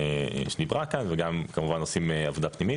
שדיברה כאן וכמובן גם עושים עבודה פנימית.